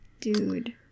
Dude